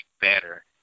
better